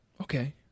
Okay